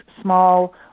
small